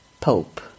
Pope